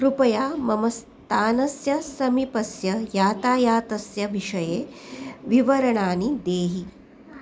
कृपया मम स्थानस्य समीपस्य यातायातस्य विषये विवरणानि देहि